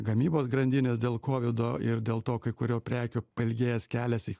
gamybos grandinės dėl kovido ir dėl to kai kurių prekių pailgėjęs kelias į